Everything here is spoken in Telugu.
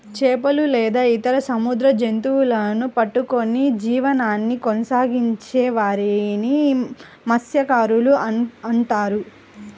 చేపలు లేదా ఇతర సముద్ర జంతువులను పట్టుకొని జీవనాన్ని కొనసాగించే వారిని మత్య్సకారులు అంటున్నారు